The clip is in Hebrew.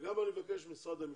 ואני מבקש גם ממשרד המשפטים,